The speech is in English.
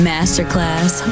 Masterclass